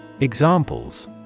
Examples